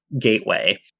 Gateway